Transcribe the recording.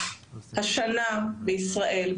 השנה בישראל,